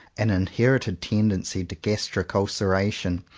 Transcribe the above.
an inherited tendency to gastric ulceration,